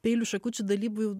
peilių šakučių dalybų jau